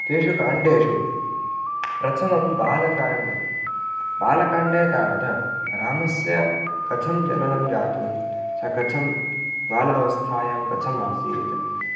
तेषु काण्डेषु प्रथमं बालकाण्डं बालकाण्डे तावत् रामस्य कथं जननं जातं स कथं बालावस्थायां कथम् आसीत्